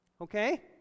Okay